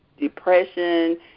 depression